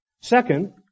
Second